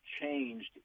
changed